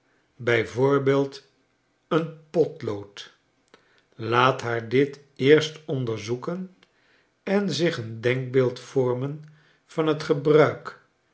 voorbeeld een potlood laat haar dit eerst onderzoeken en zich een denkbeeld vormen van t gebruik